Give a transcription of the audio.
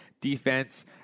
defense